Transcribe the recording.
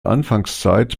anfangszeit